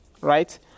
Right